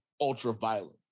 ultra-violent